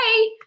hey